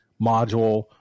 module